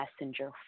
messenger